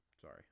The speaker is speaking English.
Sorry